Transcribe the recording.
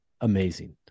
amazing